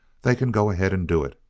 they can go ahead and do it.